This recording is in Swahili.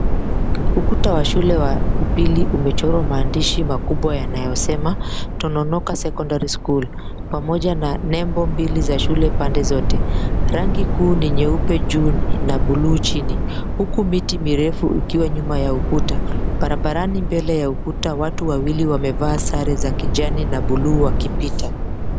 Ukuta wa shule wa upili umechorwa maandishi makubwa yanayosema Tononoka Secondary School pamoja na nembo mbili za shule pande zote. Rangi kuu ni nyeupe juu na buluu chini huku miti mirefu ikiwa nyuma ya ukuta. Barabarani mbele ya ukuta watu wawili wamevaa sare za kijani na buluu wakipita.